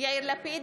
יאיר לפיד,